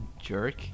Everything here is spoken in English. jerk